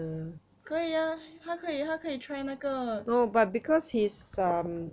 可以 ah 他可以他可以 try 那个